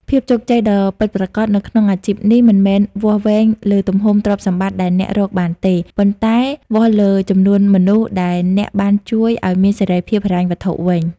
ភាពជោគជ័យដ៏ពិតប្រាកដនៅក្នុងអាជីពនេះមិនមែនវាស់វែងលើទំហំទ្រព្យសម្បត្តិដែលអ្នករកបានទេ ប៉ុន្តែវាស់លើចំនួនមនុស្សដែលអ្នកបានជួយឱ្យមានសេរីភាពហិរញ្ញវត្ថុវិញ។